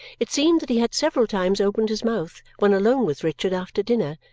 it seemed that he had several times opened his mouth when alone with richard after dinner,